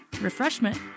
refreshment